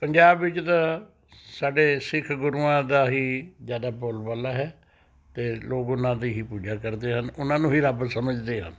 ਪੰਜਾਬ ਵਿੱਚ ਤਾਂ ਸਾਡੇ ਸਿੱਖ ਗੁਰੂਆਂ ਦਾ ਹੀ ਜ਼ਿਆਦਾ ਬੋਲ ਬਾਲਾ ਹੈ ਅਤੇ ਲੋਕ ਉਹਨਾਂ ਦੀ ਹੀ ਪੂਜਾ ਕਰਦੇ ਹਨ ਉਨ੍ਹਾਂ ਨੂੰ ਹੀ ਰੱਬ ਸਮਝਦੇ ਹਨ ਬਸ